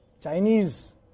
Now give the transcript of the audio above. Chinese